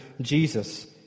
Jesus